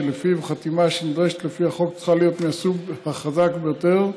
שלפיו חתימה שנדרשת לפי החוק צריכה להיות מהסוג החזק ביותר: